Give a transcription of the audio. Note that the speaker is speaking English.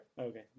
Okay